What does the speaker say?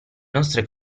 nostre